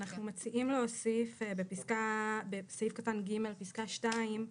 אנחנו מציעים להוסיף בסעיף קטן (ג) פסקה (2),